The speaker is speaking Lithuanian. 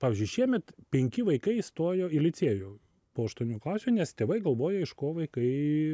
pavyzdžiui šiemet penki vaikai stojo į licėjų po aštuonių klasių nes tėvai galvoja iš ko vaikai